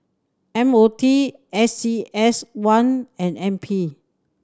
M O T A C S one and N P